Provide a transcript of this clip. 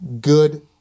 good